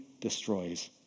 destroys